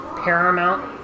Paramount